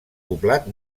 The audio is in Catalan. poblat